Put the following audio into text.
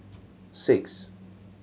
six